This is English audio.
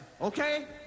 okay